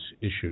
issues